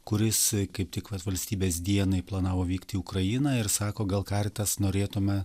kuris kaip tik vat valstybės dienai planavo vykti į ukrainą ir sako gal karitas norėtume